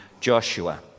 Joshua